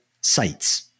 sites